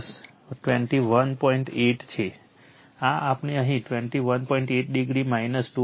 8 છે આ આપણે અહીં 21